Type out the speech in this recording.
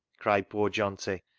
cried poor johnty,